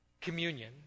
communion